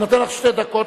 אני נותן לך שתי דקות,